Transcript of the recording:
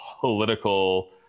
political